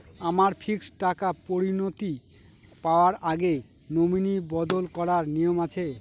আমার ফিক্সড টাকা পরিনতি পাওয়ার আগে নমিনি বদল করার নিয়ম আছে?